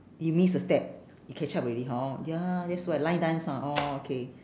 you miss a step you catch up already hor ya that's what line dance ha orh okay